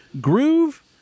Groove